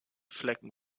flecken